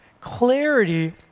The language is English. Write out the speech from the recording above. Clarity